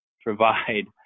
provide